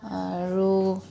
আৰু